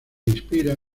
inspira